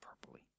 properly